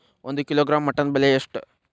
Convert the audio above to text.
ಒಂದು kilogram mutton ಬೆಲೆ ಎಷ್ಟ್?